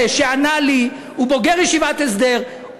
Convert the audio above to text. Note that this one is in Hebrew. האיש הזה שענה לי הוא בוגר של ישיבת הסדר.